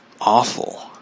awful